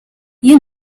you